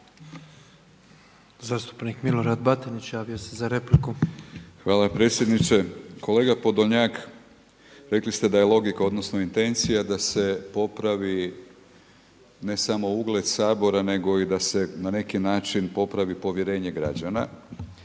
Zastupnik Milorad Batinić, javio se za repliku. **Batinić, Milorad (HNS)** Hvala predsjedniče. Kolega Podolnjak, rekli ste da je logika, odnosno intencija da se popravi ne samo ugled Sabora nego i da se na neki način popravi povjerenje građana.